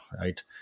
right